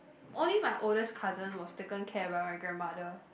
only my oldest cousin was taken care by my grandmother